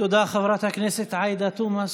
תודה, חברת הכנסת עאידה תומא סלימאן.